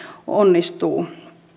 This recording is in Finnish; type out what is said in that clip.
onnistuu